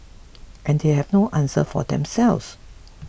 and they have no answer for themselves